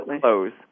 close